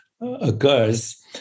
occurs